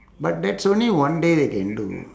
but that's only one day they can do